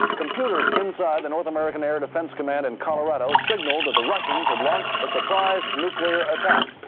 computers inside the north american air defence command in colorado signalled that the russians had launched a surprise nuclear attack.